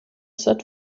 set